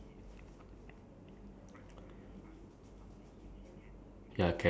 that one we really ya that one we really cannot do already so ya that one we have to say no lah ya